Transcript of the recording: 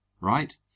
Right